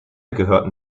gehörten